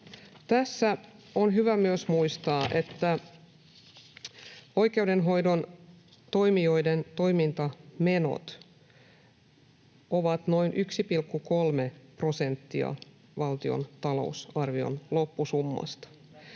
Tässä on hyvä myös muistaa, että oikeudenhoidon toimijoiden toimintamenot ovat noin 1,3 prosenttia valtion talousarvion loppusummasta.